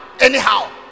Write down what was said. Anyhow